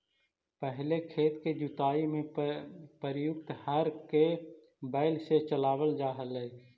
पहिले खेत के जुताई में प्रयुक्त हर के बैल से चलावल जा हलइ